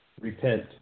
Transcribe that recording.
repent